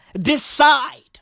decide